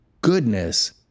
goodness